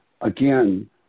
Again